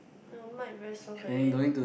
the mic very soft again